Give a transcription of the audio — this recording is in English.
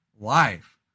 life